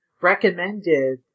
recommended